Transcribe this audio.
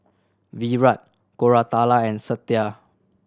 Virat Koratala and Satya